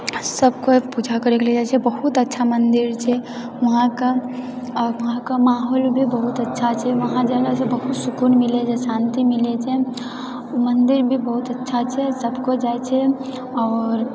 सबकोइ पूजा करैके लिए जाइत छै बहुत अच्छा मंदिर छै ओतऽके आ ओतऽके माहौल भी बहुत अच्छा छै ओतऽ जेना सऽ बहुत सुकून मिलै छै शांति मिलै छै मंदिर भी बहुत अच्छा छै सब केओ जाय छै आओर